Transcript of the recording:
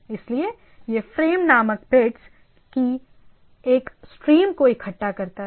इसलिए यह फ़्रेम नामक बिट्स की एक स्ट्रीम को इकट्ठा करता है